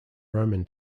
roman